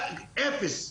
ממש כלום.